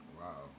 Wow